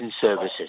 services